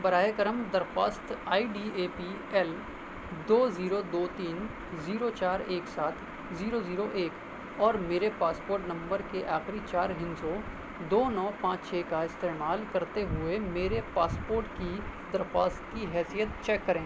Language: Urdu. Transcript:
برائے کرم درخواست I D A P L دو زیرو دو تین زیرو چار ایک سات زیرو زیرو ایک اور میرے پاسپورٹ نمبر کے آخری چار ہندسوں دو نو پانچ چھ کا استعمال کرتے ہوئے میرے پاسپورٹ کی درخواست کی حیثیت چیک کریں